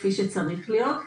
כפי שצריך להיות.